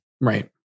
Right